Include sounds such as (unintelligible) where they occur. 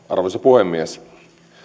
(unintelligible) arvoisa puhemies